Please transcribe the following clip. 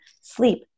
sleep